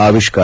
ಆವಿಷ್ಕಾರ